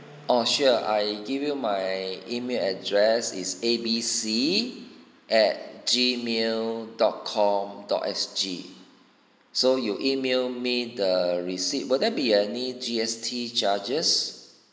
oh sure I give you my email address is A B C at G mail dot com dot S_G so you email me the receipt will there be any G_S_T charges